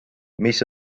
mis